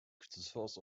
source